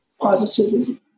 positivity